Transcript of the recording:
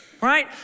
Right